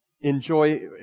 Enjoy